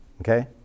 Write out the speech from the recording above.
okay